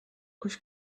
kus